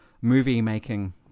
movie-making